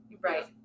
Right